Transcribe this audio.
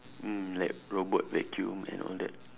mm like robot vacuum and all that